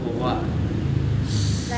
oh !wah!